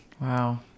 wow